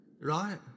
right